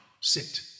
sit